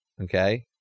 okay